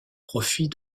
profit